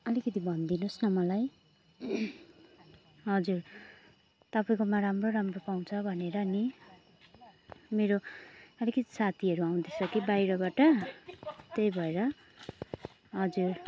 अलिकति भनिदिनु होस् न मलाई हजुर तपाईँकोमा राम्रो राम्रो पाउँछ भनेर पनि मेरो अलिकति साथीहरू आउँदैछ कि बाहिरबाट त्यही भएर हजुर